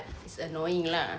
she's annoying lah